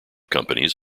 companies